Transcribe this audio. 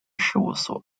事务所